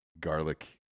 garlic